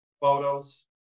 photos